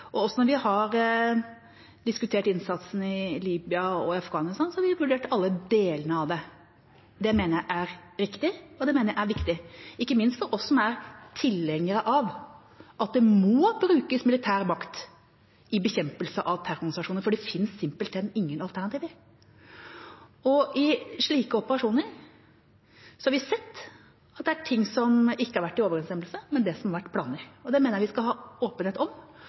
Også når vi har diskutert innsatsen i Libya og Afghanistan, har vi vurdert alle delene av den. Det mener jeg er riktig, og det mener jeg er viktig, ikke minst for oss som er tilhengere av at det må brukes militær makt i bekjempelse av terrororganisasjoner, for det finnes simpelthen ingen alternativer. I slike operasjoner har vi sett at det er ting som ikke har vært i overensstemmelse med det som har vært planen. Det mener jeg vi skal ha åpenhet om,